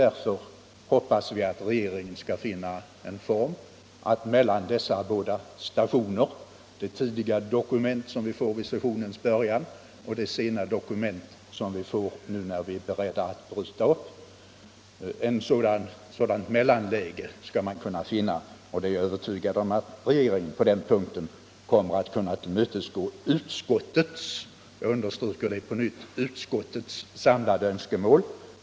Därför hoppas vi att regeringen skall finna en form för att lämna en redovisning mellan dessa båda stationer — det tidiga dokument som vi får vid sessionens början och det sena dokument som vi får när vi är beredda att bryta upp. Jag är övertygad om att regeringen kommer att kunna tillmötesgå utskottets —- jag understryker det på nytt — samlade önskemål när det gäller ett sådant mellanläge.